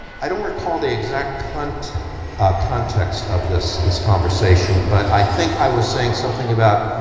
i don't recall the exact context ah context of this this conversation, but i think i was saying something about,